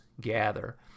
Gather